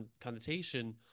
connotation